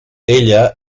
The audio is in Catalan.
ella